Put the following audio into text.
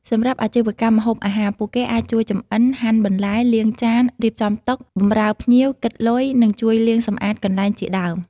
សម្រាប់អាជីវកម្មម្ហូបអាហារ ពួកគេអាចជួយចម្អិន ហាន់បន្លែ លាងចាន រៀបចំតុ បម្រើភ្ញៀវ គិតលុយ និងជួយលាងសម្អាតកន្លែងជាដើម។